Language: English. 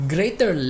Greater